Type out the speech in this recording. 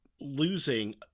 losing